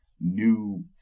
new